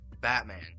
Batman